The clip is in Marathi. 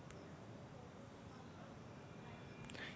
एका एकराच्या टमाटरात किती खत वापराले पायजे?